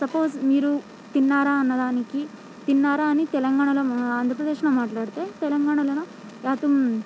suppose మీరు తిన్నారా అన్నదానికి తిన్నారా అని తెలంగాణలో మా ఆంధ్రప్రదేశ్లో మాట్లాడితే తెలంగాణలోనేమో యాతుమ్